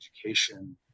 education